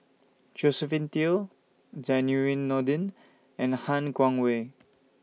Josephine Teo Zainurin Nordin and Han Guangwei